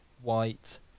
White